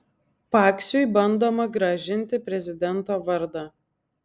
paksiui bandoma grąžinti prezidento vardą